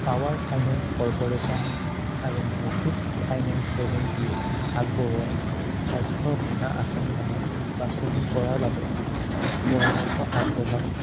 power finance corporation আৰু Muthoot finance এজেঞ্চিয়ে আগবঢ়োৱা স্বাস্থ্য বীমা আঁচনিসমূহ বাছনি কৰাৰ বাবে মোক পৰামৰ্শ আগবঢ়াওক